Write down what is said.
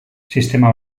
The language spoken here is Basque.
sistema